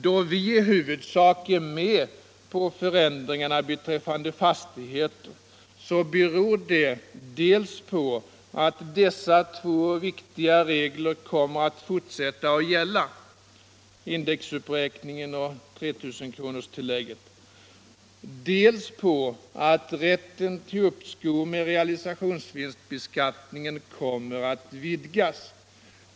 Att vi i huvudsak ställer oss bakom förändringarna beträffande fastigheter beror dels på att de två viktiga reglerna om indexberäkningen och 3 000-kronorstillägget kommer att fortsätta att gälla, dels på att rätten till uppskov med realisationsvinstbeskattningen kommer att vidgas.